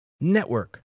Network